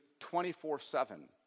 24-7